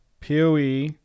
poe